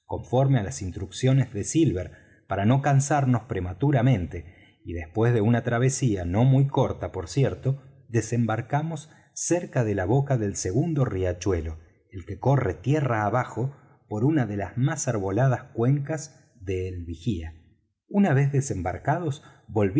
conforme á las instrucciones de silver para no cansarnos prematuramente y después de una travesía no muy corta por cierto desembarcamos cerca de la boca del segundo riachuelo el que corre tierra abajo por una de las más arboladas cuencas del vigía una vez desembarcados